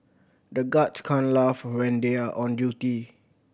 the guards can't laugh when they are on duty